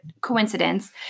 coincidence